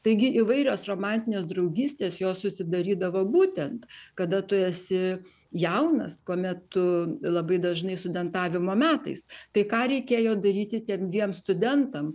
taigi įvairios romantinės draugystės jos susidarydavo būtent kada tu esi jaunas kuomet tu labai dažnai studentavimo metais tai ką reikėjo daryti tiem dviem studentam